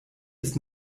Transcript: ist